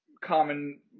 common